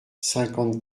cinquante